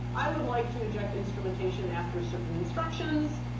i would like to inject instrumentation after certain instructions.